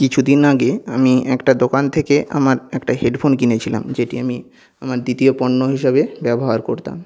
কিছুদিন আগে আমি একটা দোকান থেকে আমার একটা হেডফোন কিনেছিলাম যেটি আমি আমার দ্বিতীয় পণ্য হিসাবে ব্যবহার করতাম